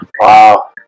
Wow